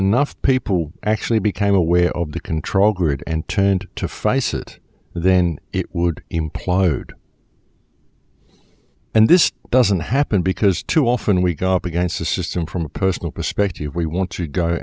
enough people actually became aware of the control grid and turned to face it then it would imply and this doesn't happen because too often we go up against the system from a personal perspective we want